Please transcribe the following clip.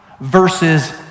versus